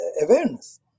awareness